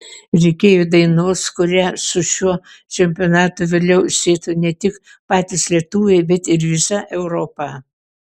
reikėjo dainos kurią su šiuo čempionatu vėliau sietų ne tik patys lietuviai bet ir visa europa